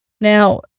Now